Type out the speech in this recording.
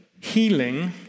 healing